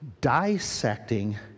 dissecting